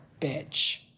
bitch